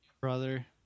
Brother